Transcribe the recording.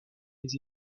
les